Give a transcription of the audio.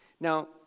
Now